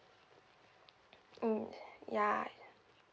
mm ya